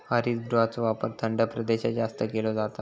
हरितगृहाचो वापर थंड प्रदेशात जास्त केलो जाता